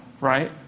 right